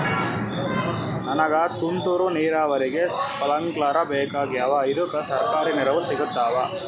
ನನಗ ತುಂತೂರು ನೀರಾವರಿಗೆ ಸ್ಪಿಂಕ್ಲರ ಬೇಕಾಗ್ಯಾವ ಇದುಕ ಸರ್ಕಾರಿ ನೆರವು ಸಿಗತ್ತಾವ?